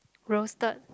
roasted